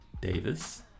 Davis